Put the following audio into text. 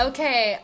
Okay